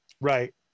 right